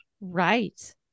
Right